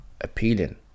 appealing